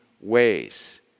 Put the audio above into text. ways